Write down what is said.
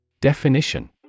Definition